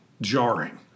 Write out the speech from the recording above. jarring